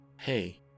Hey